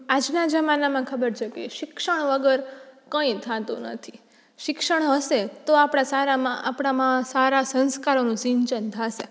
આજના જમાનામાં ખબર છે કે શિક્ષણ વગર કંઈ થતું નથી શિક્ષણ હશે તો આપણા સારામાં આપણામાં સારા સંસ્કારોનું સિંચન થશે